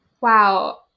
Wow